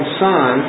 son